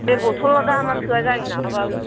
देर बथ'ल गाहामआ थोआ जायो नामा बाल